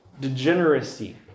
degeneracy